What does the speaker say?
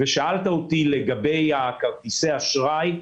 שאלת אותי על כרטיסי האשראי.